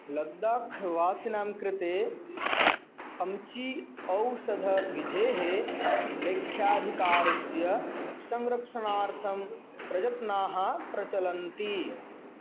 लग्दाख् वासिनां कृते अम्ची औषधविधेः लेख्याधिकारस्य संरक्षणार्थं प्रयत्नाः प्रचलन्ति